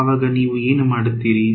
ಅವಾಗ ನೀವು ಏನು ಮಾಡುತ್ತೀರಿ